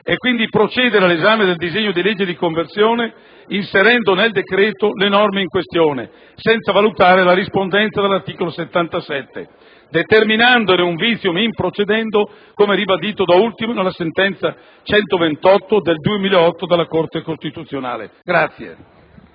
e quindi per procedere all'esame del disegno di legge di conversione, inserendo nel decreto-legge le norme in questione, senza valutarne la rispondenza con il citato articolo 77 e determinando così un vizio *in procedendo,* come ribadito da ultimo nella sentenza n. 128 del 2008 della Corte costituzionale.